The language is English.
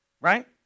right